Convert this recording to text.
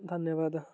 धन्यवादः